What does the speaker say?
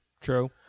True